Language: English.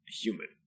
human